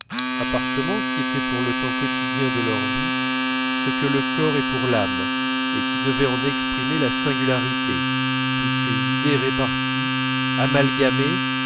appartement qui était pour le temps quotidien de leur vie ce que le corps est pour l'âme et qui devait en exprimer la singularité toutes ces idées étaient réparties amalgamées